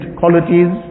qualities